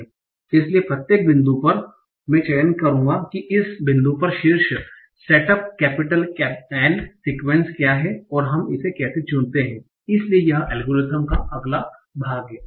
इसलिए प्रत्येक बिंदु पर मैं चयन करूंगा कि इस बिंदु पर शीर्ष सेटअप कैपिटल N सीक्वेंस क्या है और हम इसे कैसे चुनते हैं इसलिए यह एल्गोरिथ्म का अगला भाग है